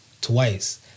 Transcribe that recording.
Twice